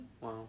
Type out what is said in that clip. Wow